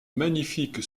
magnifique